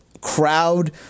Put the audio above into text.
crowd